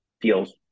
feels